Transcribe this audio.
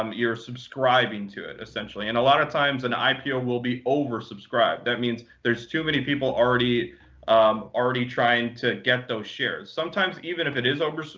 um you're subscribing to it, essentially. and a lot of times, an ipo will be oversubscribed. that means there's too many people already um already trying to get those shares. sometimes, even if it is oversubscribed, so